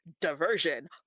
diversion